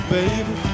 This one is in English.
Baby